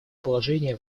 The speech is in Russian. положения